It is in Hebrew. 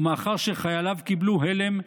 ומאחר שחייליו קיבלו הלם,